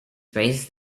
based